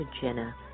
Jenna